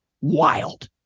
Wild